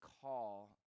call